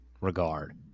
regard